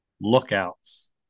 Lookouts